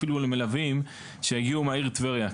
אפילו למלווים שיגיעו מהעיר טבריה.